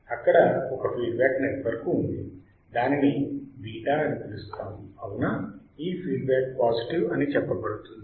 అక్కడ ఒక feedback network ఉంది దానిని β అని పిలుస్తాము అవునా ఈ ఫీడ్ బ్యాక్ పాసిటివ్ అని చెప్పబడుతుంది